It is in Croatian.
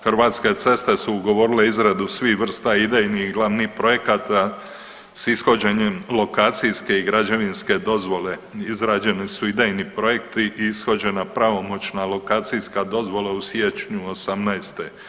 Hrvatske ceste su ugovorile izradu svih vrsta idejnih i glavnih projekata s ishođenjem lokacijske i građevinske dozvole, izrađeni su idejni projekti i ishođena pravomoćna alokacijska dozvola u siječnju '18.